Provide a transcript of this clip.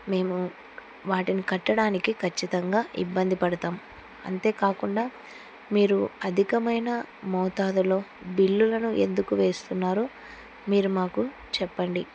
మేము వాటిని కట్టడానికి ఖచ్చితంగా ఇబ్బంది పడతాం అంతేకాకుండా మీరు అధికమైన మోతాదులో బిల్లులను ఎందుకు వేస్తున్నారో మీరు మాకు చెప్పండి